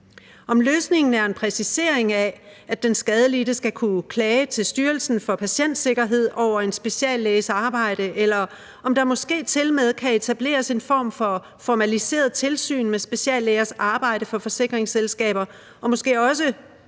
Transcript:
om løsningen er en præcisering af, at den skadelidte skal kunne klage over en speciallæges arbejde til Styrelsen for Patientsikkerhed, eller om der måske tilmed kan etableres en form for formaliseret tilsyn med speciallægers arbejde for forsikringsselskaber og måske også